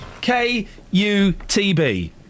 K-U-T-B